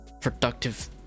productive